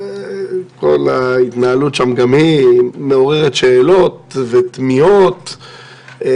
כל ההתנהלות שם גם היא מעוררת שאלות ותמיהות,